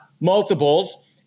multiples